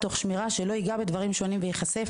תוך שמירה שהוא לא ייגע בדברים שונים וייחשף